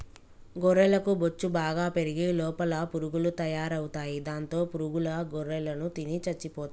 గొర్రెలకు బొచ్చు బాగా పెరిగి లోపల పురుగులు తయారవుతాయి దాంతో పురుగుల గొర్రెలను తిని చచ్చిపోతాయి